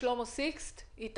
תוקפן של הוראות השעה שבסעיף 253(א)